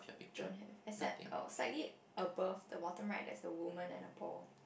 don't have except uh slightly above the bottom right there's a women and a ball